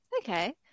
Okay